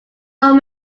old